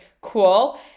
cool